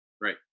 Right